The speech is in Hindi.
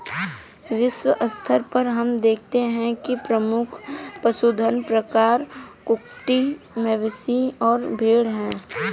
वैश्विक स्तर पर हम देखते हैं कि प्रमुख पशुधन प्रकार कुक्कुट, मवेशी और भेड़ हैं